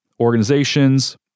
organizations